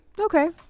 Okay